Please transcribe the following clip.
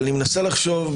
אני מנסה לחשוב,